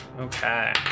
Okay